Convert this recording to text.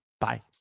bye